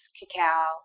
cacao